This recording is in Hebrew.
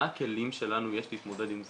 מה הכלים שלנו יש להתמודד עם זה?